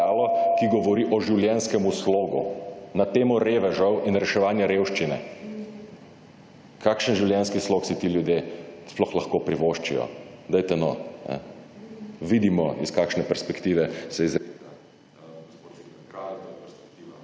ki govori o življenjskem slogu na temo revežev in reševanja revščine? Kakšen življenjski slog si ti ljudje sploh lahko privoščijo? Dajte no?! Vidimo iz kakšne perspektive se …/izključen